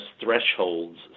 thresholds